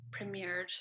premiered